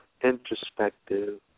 introspective